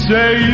Say